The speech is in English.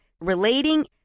relating